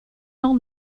old